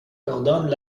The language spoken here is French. coordonnent